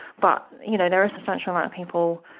but you know there are a substantial amount of people,